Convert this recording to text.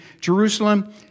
Jerusalem